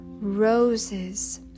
roses